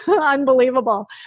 unbelievable